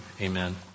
amen